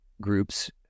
groups